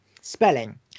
Spelling